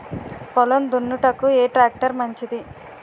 పొలం దున్నుటకు ఏ ట్రాక్టర్ మంచిది?